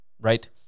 right